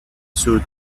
suit